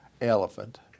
Elephant